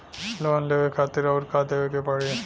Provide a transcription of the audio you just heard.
Loan लेवे खातिर अउर का देवे के पड़ी?